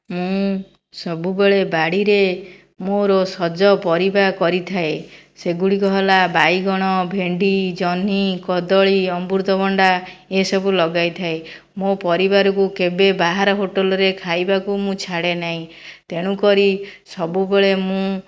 ମୁଁ ସବୁବେଳେ ବାଡ଼ିରେ ମୋର ସଜ ପରିବା କରିଥାଏ ସେଗୁଡ଼ିକ ହେଲା ବାଇଗଣ ଭେଣ୍ଡି ଜହ୍ନି କଦଳୀ ଅମୃତଭଣ୍ଡା ଏସବୁ ଲଗାଇଥାଏ ମୋ ପରିବାରକୁ କେବେ ବାହାର ହୋଟେଲ୍ରେ ଖାଇବାକୁ ମୁଁ ଛାଡ଼େ ନାହିଁ ତେଣୁ କରି ସବୁବେଳେ ମୁଁ